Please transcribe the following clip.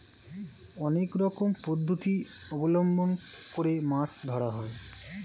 অনেক রকম পদ্ধতি অবলম্বন করে মাছ ধরা হয়